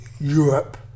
Europe